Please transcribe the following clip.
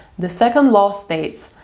the second law states,